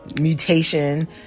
Mutation